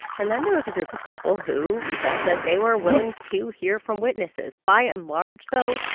and then there was a group of people who said that they were willing to hear from witnesses. by and large, though,